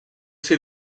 s’hi